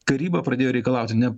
karyba pradėjo reikalauti ne